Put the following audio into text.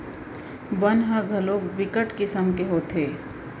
बन ह घलोक बिकट किसम के होथे